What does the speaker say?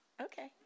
Okay